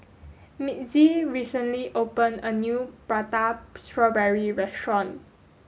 Mitzi recently opened a new prata strawberry restaurant